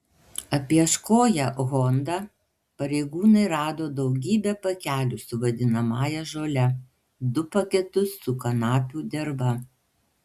apieškoję honda pareigūnai rado daugybę pakelių su vadinamąją žole du paketus su kanapių derva